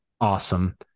awesome